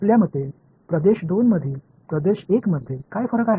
आपल्या मते प्रदेश 2 मधील प्रदेश 1 मध्ये काय फरक आहे